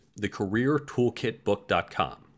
thecareertoolkitbook.com